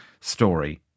story